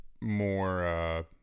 more –